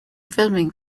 filming